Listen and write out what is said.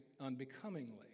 unbecomingly